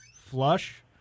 flush